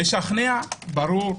לשכנע ברור.